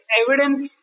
evidence